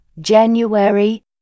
January